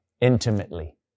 intimately